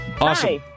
Awesome